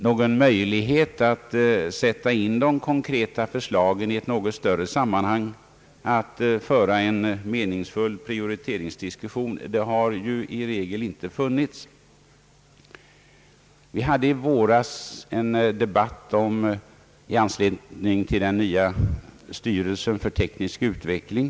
Någon möjlighet att sätta in de konkreta förslagen i ett något större sammanhang, att föra en meningsfull priorite ringsdiskussion, har i regel inte funnits. Vi hade i våras en debatt i anslutning till tillsättandet av en ny styrelse för teknisk utveckling.